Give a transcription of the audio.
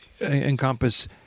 encompass